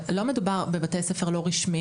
אבל לא מדובר רק בבתי הספר הלא-רשמיים.